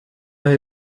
aho